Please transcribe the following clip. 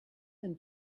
than